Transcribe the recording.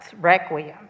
Requiem